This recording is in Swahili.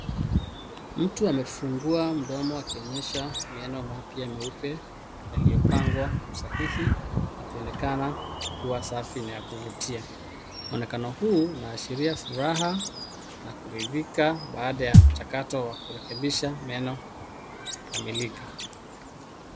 Mtu amefungua mdomo akionyesha meno mapya meupe yaliyo pangwa kwa usahihi yakionekana kuvutia. Mwonekano huu unaashiria furaha na kuridhika baada ya mchakato wa kurekebisha meno kukamilika.